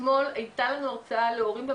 אתמול היתה לנו הרצאה להורים,